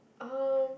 um